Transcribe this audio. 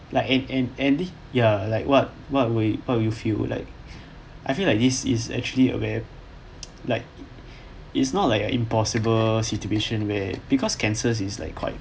like end end end ending ya like what what will it what will you feel like I feel like this is actually a very like is not like a impossible situation where because cancer is like quite